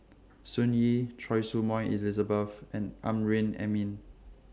Sun Yee Choy Su Moi Elizabeth and Amrin Amin